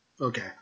Okay